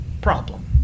problem